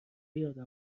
یادم